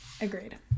Agreed